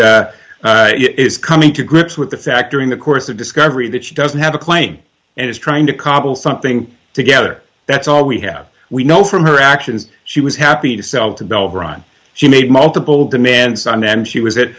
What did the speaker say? that is coming to grips with the fact during the course of discovery that she doesn't have a claim and is trying to cobble something together that's all we have we know from her actions she was happy to sell to belgrade she made multiple demands on men she was at